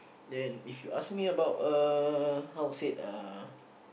then if you ask me about a how to say uh